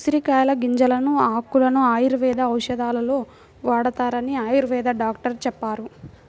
ఉసిరికాయల గింజలను, ఆకులను ఆయుర్వేద ఔషధాలలో వాడతారని ఆయుర్వేద డాక్టరు చెప్పారు